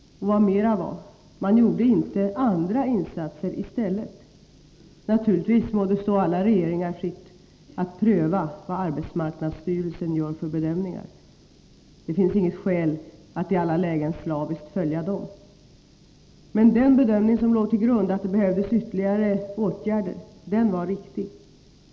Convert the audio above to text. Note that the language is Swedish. Och vad mera var: Man gjorde inga andra insatser i stället. Naturligtvis må det stå alla regeringar fritt att pröva arbetsmarknadsstyrelsens bedömningar. Det finns inget skäl att i alla lägen slaviskt följa arbetsmarknadsstyrelsen. Men den bedömning som låg till grund, att det behövdes ytterligare åtgärder, var riktig.